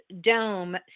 Dome